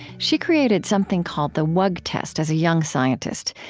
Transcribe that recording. she created something called the wug test as a young scientist,